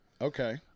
okay